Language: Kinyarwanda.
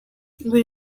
buri